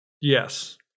Yes